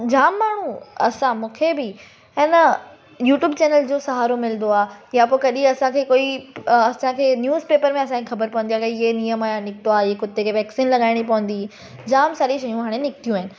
जाम माण्हू असां मूंखे बि अना यूट्यूब चैनल जो सहारो मिलंदो आहे या पोइ कॾहिं असांखे कोई असांखे न्यूसपेपर में असांखे ख़बर पवंदी आहे की ये नियम नया निकितो आहे ये कुते खे वैक्सीन लॻाइणी पवंदी जाम सारियूं शयूं हाणे निकितियूं आहिनि